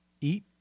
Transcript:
eat